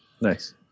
Nice